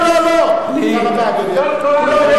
לא,